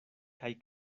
kaj